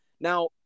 Now